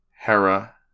Hera